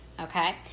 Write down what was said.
okay